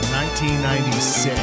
1996